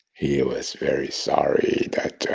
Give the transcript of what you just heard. he was very sorry that